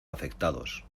afectados